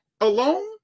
alone